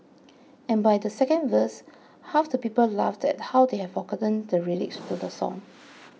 and by the second verse half the people laughed at how they have forgotten the lyrics to the song